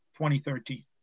2013